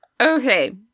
Okay